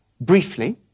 briefly